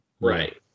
right